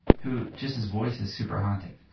who just his voice is super haunting.